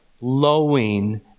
lowing